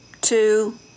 two